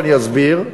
ואני אסביר,